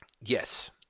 Yes